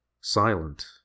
silent